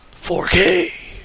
4K